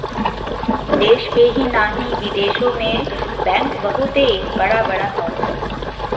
देश में ही नाही बिदेशो मे बैंक बहुते बड़ा बड़ा हौ